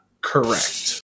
correct